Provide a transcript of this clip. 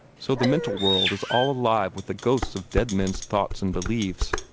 so the mental world is all alive with the ghosts of dead men's thoughts and beliefs,